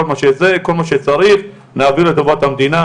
כל מה שצריך נעביר לטובת המדינה.